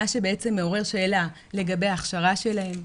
מה שבעצם מעורר שאלה לגבי ההכשרה שלהם,